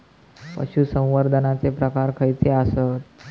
पशुसंवर्धनाचे प्रकार खयचे आसत?